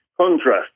contrast